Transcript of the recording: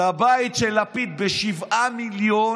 את הבית של לפיד, ב-7 מיליון,